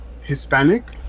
Hispanic